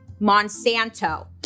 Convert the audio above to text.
Monsanto